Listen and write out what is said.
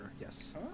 Yes